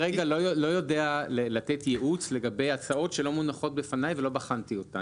איני יודע לתת ייעוץ לגבי הצעות שלא מונחות בפני ולא בחנתי אותן,